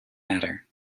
matter